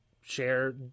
Share